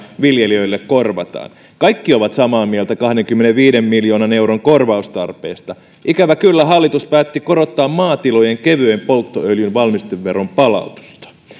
viljelijöille korvataan kaikki ovat samaa mieltä kahdenkymmenenviiden miljoonan euron korvaustarpeesta ikävä kyllä hallitus päätti korottaa maatilojen kevyen polttoöljyn valmisteveron palautusta